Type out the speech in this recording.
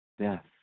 death